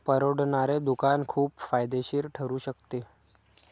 परवडणारे दुकान खूप फायदेशीर ठरू शकते